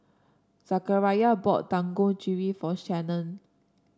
Zechariah bought Dangojiru for Shannan